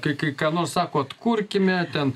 kai kai ką nors sakot kurkime ten